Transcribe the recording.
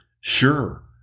Sure